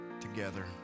together